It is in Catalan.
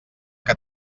que